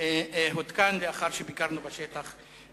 הרמזור הותקן, לאחר שביקרנו יחד בשטח.